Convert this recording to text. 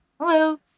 hello